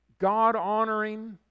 God-honoring